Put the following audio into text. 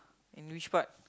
in which part